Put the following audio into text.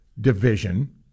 division